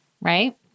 Right